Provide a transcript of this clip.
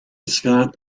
scott